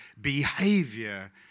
behavior